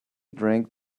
drank